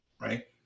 right